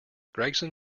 gregson